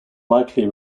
likely